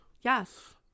Yes